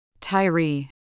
Tyree